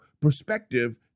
perspective